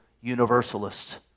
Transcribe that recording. universalist